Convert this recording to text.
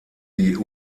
die